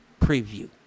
preview